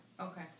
Okay